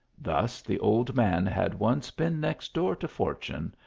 thus the old man had once been next door to fortune,